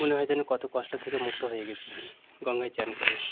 মনে হয় যেন কত কষ্ট থেকে মুক্ত হয়ে গিয়েছি গঙ্গায় চান করে